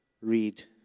read